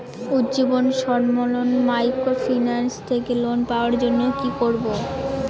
Ujjivan small microfinance থেকে loan পাওয়ার জন্য কি করব?